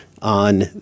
on